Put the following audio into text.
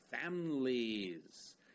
families